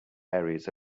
areas